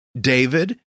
David